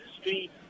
street